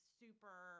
super